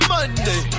Monday